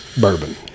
bourbon